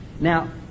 Now